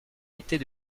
était